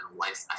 life